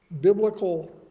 biblical